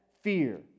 fear